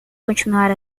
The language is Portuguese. continuar